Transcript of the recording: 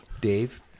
Dave